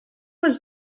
was